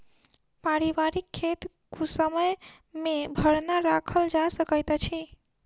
पारिवारिक खेत कुसमय मे भरना राखल जा सकैत अछि